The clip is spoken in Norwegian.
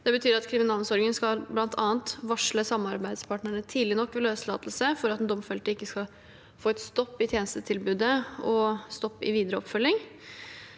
Det betyr at kriminalomsorgen bl.a. skal varsle samarbeidspartnerne tidlig nok ved løslatelse for at den domfelte ikke skal få en stopp i tjenestetilbudet og stopp i videre oppfølging.